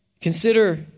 Consider